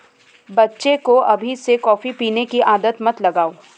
बच्चे को अभी से कॉफी पीने की आदत मत लगाओ